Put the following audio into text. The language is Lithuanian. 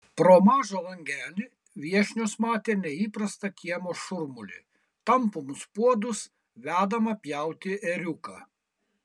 pro mažą langelį viešnios matė neįprastą kiemo šurmulį tampomus puodus vedamą pjauti ėriuką